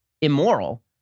immoral